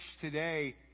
today